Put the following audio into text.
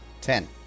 Ten